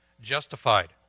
justified